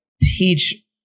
teach